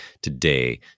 today